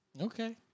Okay